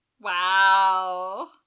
Wow